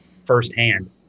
firsthand